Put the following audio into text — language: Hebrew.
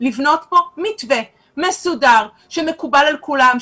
לבנות פה מתווה מסודר שמקובל על כולם,